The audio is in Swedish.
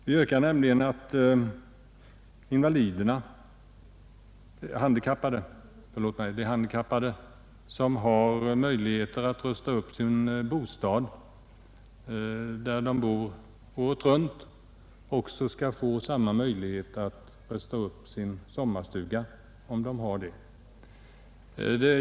Vi yrkar nämligen att de handikappade som har möjligheter att rusta upp sin permanenta bostad också skall få möjlighet att rusta upp sin sommarstuga om de har någon.